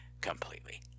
completely